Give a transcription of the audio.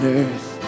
earth